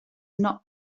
not